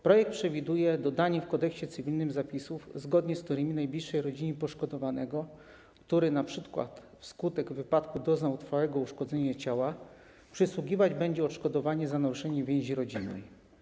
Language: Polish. Projekt przewiduje dodanie w Kodeksie cywilnym zapisów, zgodnie z którymi najbliższej rodzinie poszkodowanego, który np. wskutek wypadku doznał trwałego uszkodzenia ciała, przysługiwać będzie odszkodowanie za naruszenie więzi rodzinnej.